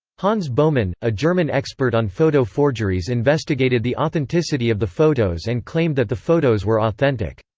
hans baumann, a german expert on photo forgeries investigated the authenticity of the photos and claimed that the photos were authentic.